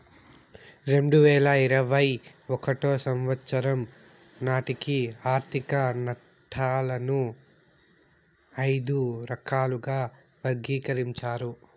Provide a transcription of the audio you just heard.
రెండు వేల ఇరవై ఒకటో సంవచ్చరం నాటికి ఆర్థిక నట్టాలను ఐదు రకాలుగా వర్గీకరించారు